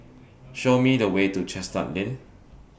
Show Me The Way to Chestnut Lane